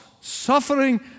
suffering